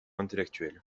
intellectuel